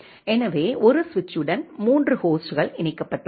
எனவே ஒரு சுவிட்சுடன் மூன்று ஹோஸ்ட்கள் இணைக்கப்பட்டுள்ளன